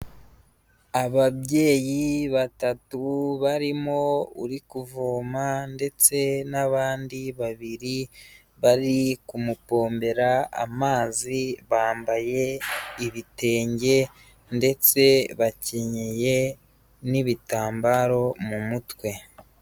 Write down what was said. Ababyeyi batatu barimo uri kuvoma ndetse n'abandi babiri bari kumupombera amazi, bambaye ibitenge ndetse bakenyeye n'ibitambaro mu mutwe.